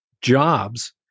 jobs